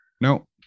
no